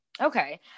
Okay